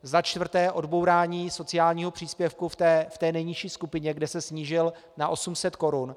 Za čtvrté odbourání sociálního příspěvku v nejnižší skupině, kde se snížil na 800 korun.